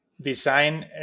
design